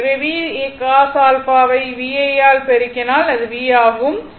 எனவே Vcos α வை VI ஆல் பெருக்கினால் அது v ஆகும்